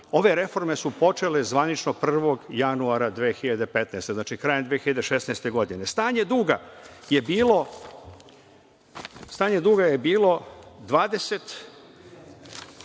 Ove reforme su počele zvanično 01. januara 2015. godine, znači krajem 2014. godine. Stanje duga je bilo 22,2